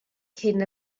cyn